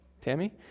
Tammy